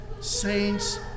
saints